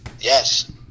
yes